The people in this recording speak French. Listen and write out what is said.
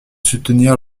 soutenir